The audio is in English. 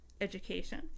education